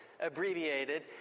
abbreviated